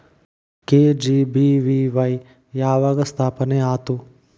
KGBVY ಯಾವಾಗ ಸ್ಥಾಪನೆ ಆತು?